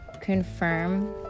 confirm